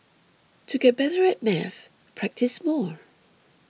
to get better at maths practise more